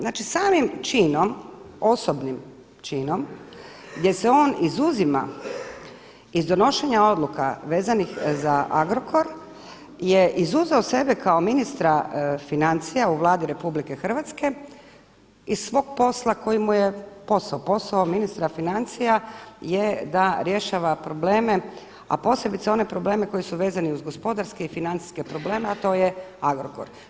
Znači samim činom, osobnim činom, gdje se on izuzima iz donošenja odluka vezanih za Agrokor je izuzeo sebe kao ministra financija u Vladi RH iz svog posla koji mu je posao, posao ministra financija je da rješava probleme, a posebice one probleme koji u svezani uz gospodarske i financijske probleme, a to je Agrokor.